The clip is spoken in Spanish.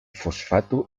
fosfato